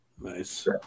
Nice